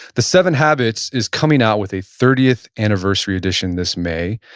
the seven habits is coming out with a thirtieth anniversary edition this may.